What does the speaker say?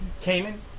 Cayman